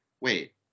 wait